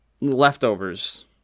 leftovers